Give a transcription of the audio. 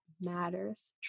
matters